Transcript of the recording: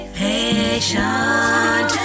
patient